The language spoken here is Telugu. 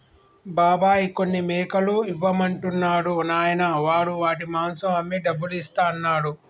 బాబాయ్ కొన్ని మేకలు ఇవ్వమంటున్నాడు నాయనా వాడు వాటి మాంసం అమ్మి డబ్బులు ఇస్తా అన్నాడు